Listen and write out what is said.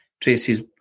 Tracy's